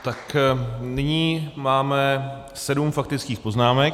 Tak nyní máme sedm faktických poznámek.